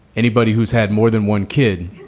anybody who's had more than one kid